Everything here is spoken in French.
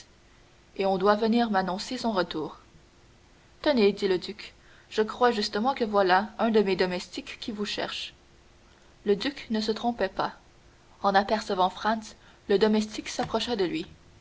et on doit venir m'annoncer son retour tenez dit le duc je crois justement que voilà un de mes domestiques qui vous cherche le duc ne se trompait pas en apercevant franz le domestique s'approcha de lui